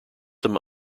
them